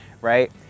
right